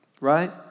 right